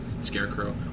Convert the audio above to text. scarecrow